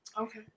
Okay